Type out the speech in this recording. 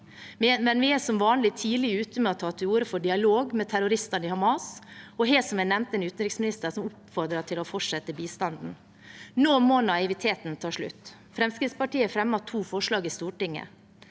vi er som vanlig tidlig ute med å ta til orde for dialog med terroristene i Hamas, og vi har, som jeg nevnte, en utenriksminister som oppfordrer til å fortsette bistanden. Nå må naiviteten ta slutt. Fremskrittspartiet fremmer to forslag i Stortinget.